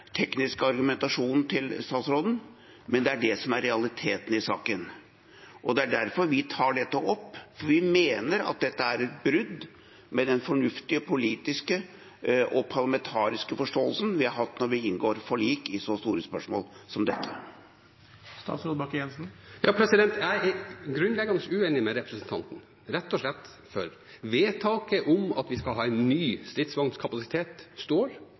til statsråden, men det er det som er realiteten i saken. Det er derfor vi tar dette opp, for vi mener at dette er et brudd med den fornuftige politiske og parlamentariske forståelsen vi har hatt når vi inngår forlik i så store spørsmål som dette. Jeg er grunnleggende uenig med representanten, rett og slett fordi vedtaket om at vi skal ha en ny stridsvognkapasitet, står.